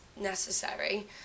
necessary